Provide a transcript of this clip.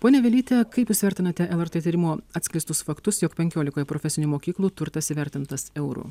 ponia vilyte kaip jūs vertinate lrt tyrimo atskleistus faktus jog penkiolikoje profesinių mokyklų turtas įvertintas euru